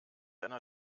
einer